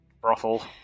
brothel